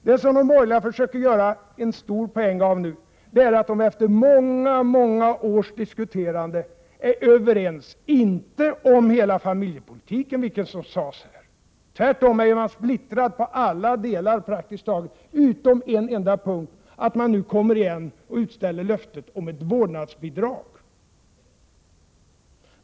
Det som de borgerliga nu försöker göra en stor poäng av är att de efter många års diskuterande är överens, inte om hela familjepolitiken, vilket sades här — tvärtom är man splittrad i praktiskt taget alla delar — utom på en enda punkt. Man kommer nämligen igen och utställer löftet om ett vårdnadsbidrag.